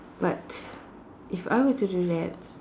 but if I were to do that